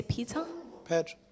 Peter